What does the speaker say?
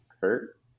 Kurt